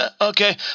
Okay